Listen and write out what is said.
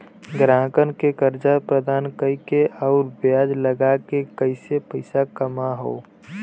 ग्राहकन के कर्जा प्रदान कइके आउर ब्याज लगाके करके पइसा कमाना हौ